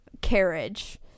carriage